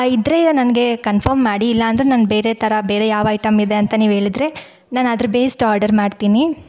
ಇದ್ದರೆ ನನಗೆ ಕನ್ಫರ್ಮ್ ಮಾಡಿ ಇಲ್ಲಾಂದರೆ ನಾನು ಬೇರೆ ಥರ ಬೇರೆ ಯಾವ ಐಟಮ್ ಇದೆ ಅಂತ ನೀವು ಹೇಳಿದ್ರೆ ನಾನು ಅದ್ರ ಬೇಸ್ಡ್ ಆರ್ಡರ್ ಮಾಡ್ತೀನಿ